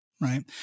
Right